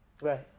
Right